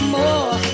more